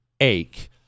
ache